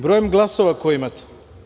Brojem glasova koje imate.